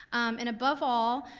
and above all,